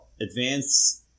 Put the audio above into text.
advance